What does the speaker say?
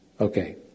Okay